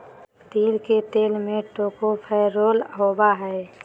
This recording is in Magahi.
तिल के तेल में टोकोफेरोल होबा हइ